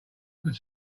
could